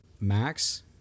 Max